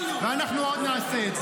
אנחנו עוד נעשה את זה.